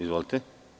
Izvolite.